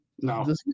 No